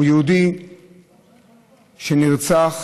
הוא יהודי שנרצח